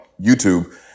YouTube